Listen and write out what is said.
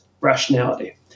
rationality